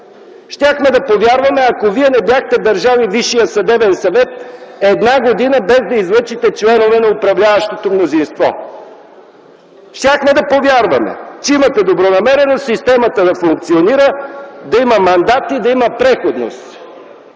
Щяхме да повярваме, ако вие не бяхте държали Висшия съдебен съвет една година без да излъчите членове на управляващото мнозинство. Щяхме да повярваме, че имате добронамереност системата да функционира, да има мандат и да има преходност.